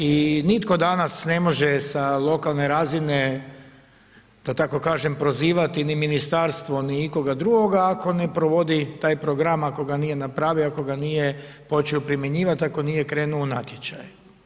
I nitko danas ne može sa lokalne razine da tako kažem prozivati ni ministarstvo ni ikoga drugoga ako ne provodi taj program, ako ga nije napravio, ako ga nije počeo primjenjivati, ako nije krenuo u natječaj.